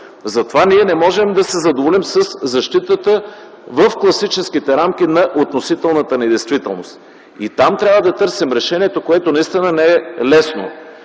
Затова не можем да се задоволим със защитата в класическите рамки на относителната недействителност. И там трябва да търсим решението, което наистина не е лесно.